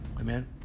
Amen